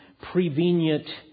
prevenient